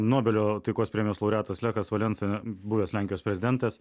nobelio taikos premijos laureatas lechas valensa buvęs lenkijos prezidentas